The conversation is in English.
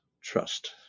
trust